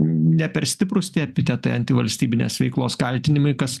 ne per stiprūs tie epitetai antivalstybinės veiklos kaltinimai kas